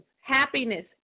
happiness